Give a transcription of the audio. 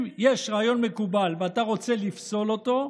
אם יש רעיון מקובל ואתה רוצה לפסול אותו,